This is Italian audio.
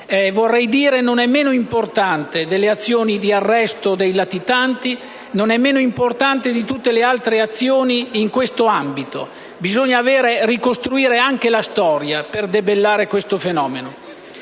vorrei dire - non meno importante delle azioni di arresto dei latitanti; non è meno importante di tutte le altre azioni in questo ambito. Bisogna ricostruire anche la storia per debellare questo fenomeno.